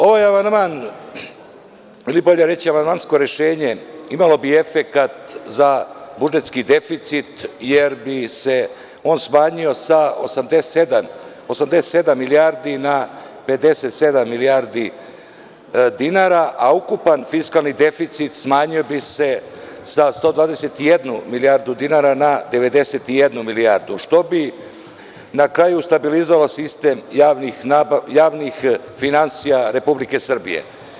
Ovaj amandman, ili bolje reći amandmansko rešenje imalo bi efekat za budžetski deficit jer bi se on smanjio sa 87 milijardi na 57 milijardi dinara, a ukupan fiskalni deficit smanjio bi se sa 121 milijardu dinara na 91 milijardu, što bi na kraju stabilizovalo sistem javnih finansija Republike Srbije.